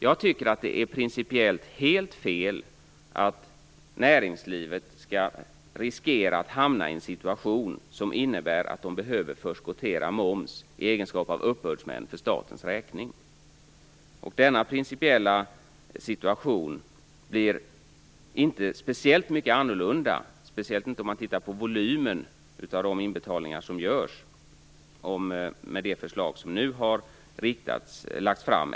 Jag tycker att det är principiellt helt fel att näringslivet skall riskera att hamna i en situation som innebär att de behöver förskottera moms i egenskap av uppbördsmän för statens räkning. Denna principiella situation blir inte speciellt mycket annorlunda med det förslag som nu har lagts fram, särskilt inte om man tittar på volymen av de inbetalningar som görs.